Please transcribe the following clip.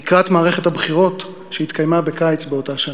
לקראת מערכת הבחירות שהתקיימה בקיץ באותה שנה.